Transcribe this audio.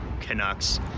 canucks